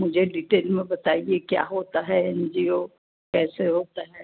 मुझे डीटेल में बताइए क्या होता है एन जी ओ कैसे होता है